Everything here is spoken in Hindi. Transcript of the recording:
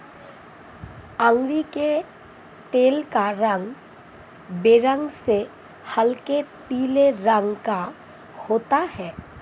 अरंडी के तेल का रंग बेरंग से हल्के पीले रंग का होता है